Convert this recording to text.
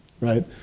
right